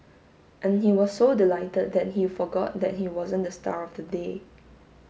and he was so delighted that he forgot that he wasn't the star of the day